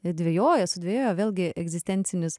dvejoja sudvejojo vėlgi egzistencinis